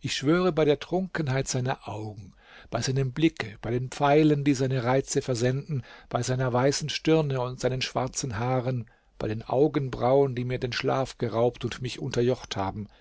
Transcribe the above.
ich schwöre bei der trunkenheit seiner augen bei seinem blicke bei den pfeilen die seine reize versenden bei seiner weißen stirne und seinen schwarzen haaren bei den augenbrauen die mir den schlaf geraubt und mich unterjocht haben